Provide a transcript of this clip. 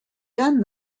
done